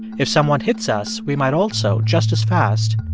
if someone hits us, we might also, just as fast,